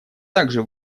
также